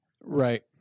Right